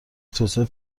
توسعه